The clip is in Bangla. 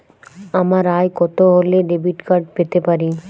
আমার আয় কত হলে ডেবিট কার্ড পেতে পারি?